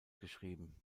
geschrieben